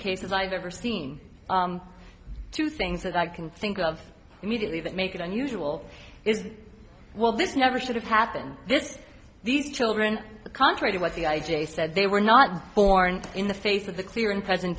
cases i've ever seen two things that i can think of immediately that make it unusual is well this never should have happened this these children contrary to what the i j a said they were not born in the face of the clear and present